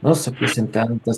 na sakysin ten tas